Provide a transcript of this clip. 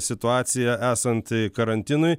situaciją esant karantinui